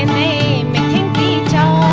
and da da da